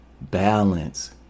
balance